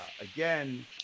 Again